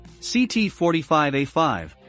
CT45A5